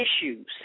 issues